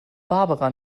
barbara